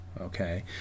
okay